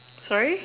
sorry